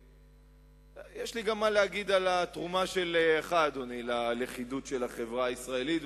יש לי מה להגיד גם על התרומה שלך ללכידות של החברה הישראלית,